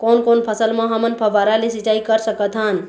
कोन कोन फसल म हमन फव्वारा ले सिचाई कर सकत हन?